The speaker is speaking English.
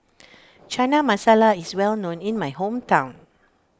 Chana Masala is well known in my hometown